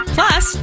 Plus